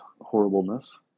horribleness